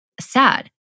sad